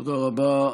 תודה רבה.